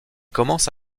commence